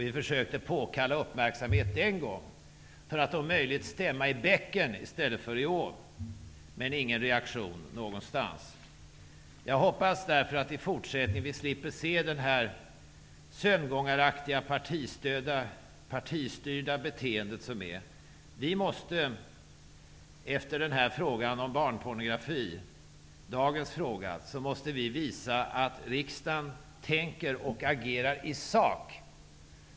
Vi försökte påkalla uppmärksamhet den gången, för att om möjligt stämma i bäcken i stället för i ån -- men det kom ingen reaktion någonstans. Jag hoppas därför att vi i fortsättningen slipper se det här sömngångaraktiga, partistyrda beteendet. Efter den här frågan om barnpornografi, som är dagens fråga, måste vi visa att riksdagen tänker och agerar i sak.